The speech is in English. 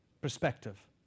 perspective